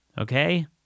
Okay